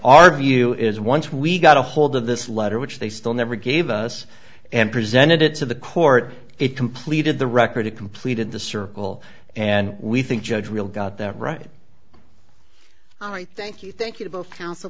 our view is once we got ahold of this letter which they still never gave us and presented it to the court it completed the record it completed the circle and we think judge will got that right and i thank you thank you